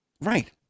Right